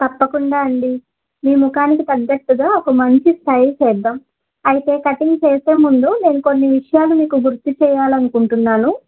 తప్పకుండా అండి మీ ముఖానికి తగ్గట్టుగా ఒక మంచి స్టైల్ చేద్దాం అయితే కటింగ్ చేసే ముందు నేను కొన్ని విషయాలు మీకు గుర్తు చేయాలి అనుకుంటున్నాను